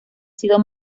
sido